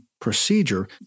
Procedure